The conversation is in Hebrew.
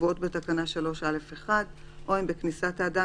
הקבועות בתקנה 3א(1) או אם בכניסת האדם